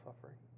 suffering